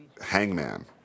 Hangman